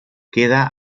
queda